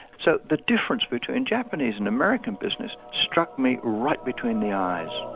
so the difference between japanese and american business struck me right between the eyes.